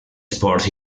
sports